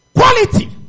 quality